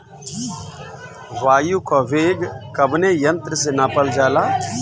वायु क वेग कवने यंत्र से नापल जाला?